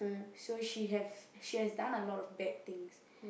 so she have she has done a lot of bad things